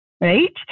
Right